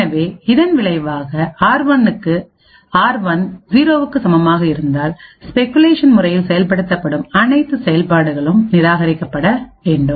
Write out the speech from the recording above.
எனவே இதன் விளைவாக ஆர்1 0 க்கு சமமாக இருந்தால் ஸ்பெகுலேஷன்முறையில் செயல்படுத்தப்படும் அனைத்து செயல்பாடுகளும் நிராகரிக்கப்பட வேண்டும்